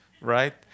right